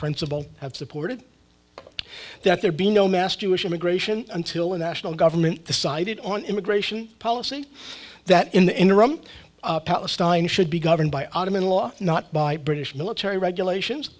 principle have supported that there be no mass jewish immigration until a national government decided on immigration policy that in the interim palestine should be governed by ottoman law not by british military regulations